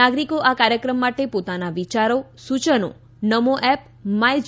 નાગરિકો આ કાર્યક્રમ માટે પોતાના વિયારો સૂચનો નમો એપ માય જી